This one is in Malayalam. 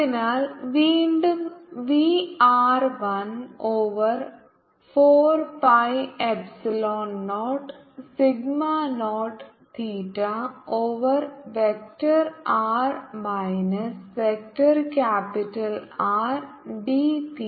അതിനാൽ വീണ്ടും V r 1 over four pi epsilon naught sigma naught theta over vector r minus vector capital R d theta d phi